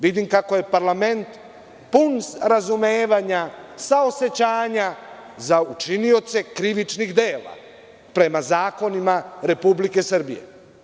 Vidim kako je parlament pun razumevanja, saosećanja za učinioce krivičnih dela prema zakonima Republike Srbije.